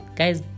Guys